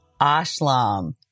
Ashlam